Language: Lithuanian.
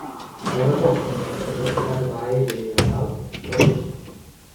paradoksas tokį darbą airijoje gauti labai sunku